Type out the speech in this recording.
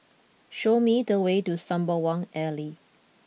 show me the way to Sembawang Alley